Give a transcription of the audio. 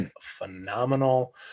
phenomenal